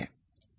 ठीक है